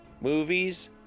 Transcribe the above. movies